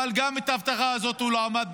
אבל גם בהבטחה הזאת הוא לא עמד,